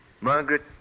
Margaret